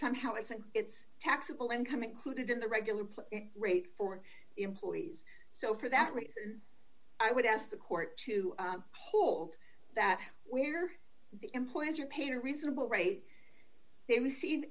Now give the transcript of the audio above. somehow it's an it's taxable income included in the regular rate for employees so for that reason i would ask the court to hold that where the employees are paid a reasonable rate they receive